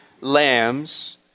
lambs